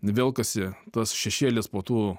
velkasi tas šešėlis po tų